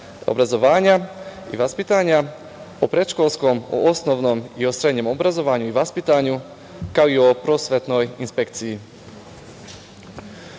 obrazovanja i vaspitanja o predškolskom, osnovnom i srednjem obrazovanju i vaspitanju, kao i o prosvetnoj inspekciji. Današnja